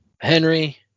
Henry